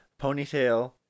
Ponytail